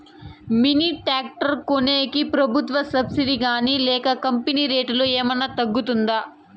Mini tractor కొనేకి ప్రభుత్వ subsidy గాని లేక కంపెని రేటులో ఏమన్నా తగ్గిస్తుందా?